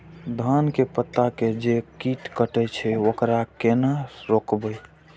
धान के पत्ता के जे कीट कटे छे वकरा केना रोकबे?